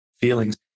feelings